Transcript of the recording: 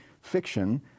fiction